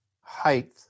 height